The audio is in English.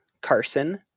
Carson